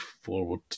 forward